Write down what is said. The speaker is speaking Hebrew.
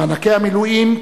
מענקי המילואים,